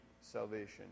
salvation